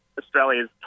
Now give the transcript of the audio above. Australia's